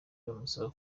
bamusaba